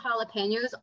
jalapenos